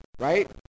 right